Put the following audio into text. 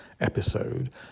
episode